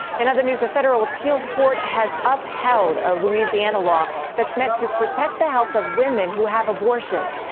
in other news, a federal appeals court has upheld a louisiana law that is meant to protect the health of women who have abortions.